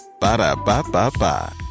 Ba-da-ba-ba-ba